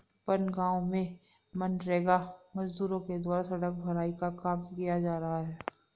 बनगाँव में मनरेगा मजदूरों के द्वारा सड़क भराई का काम किया जा रहा है